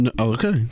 Okay